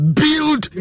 build